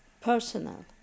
Personal